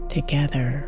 Together